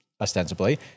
ostensibly